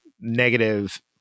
negative